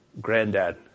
granddad